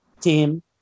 team